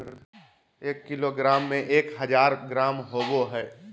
एक किलोग्राम में एक हजार ग्राम होबो हइ